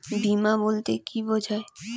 বিমা বলতে কি বোঝায়?